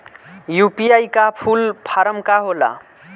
UPI का full form का होला?